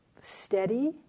steady